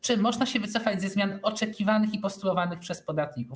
Czy można się wycofać ze zmian oczekiwanych i postulowanych przez podatników?